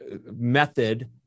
method